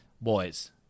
Boys